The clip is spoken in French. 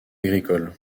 agricole